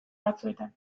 batzuetan